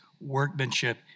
workmanship